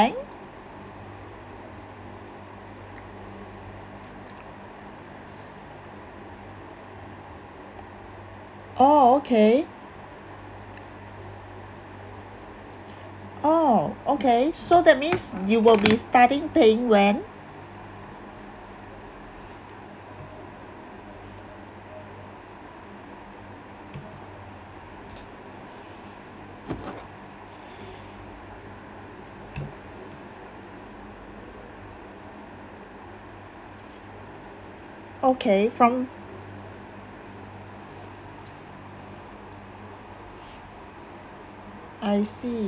oh okay oh okay so that means you will be starting paying when okay from I see